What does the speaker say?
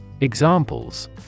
Examples